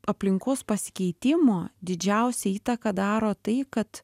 aplinkos pasikeitimo didžiausią įtaką daro tai kad